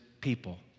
people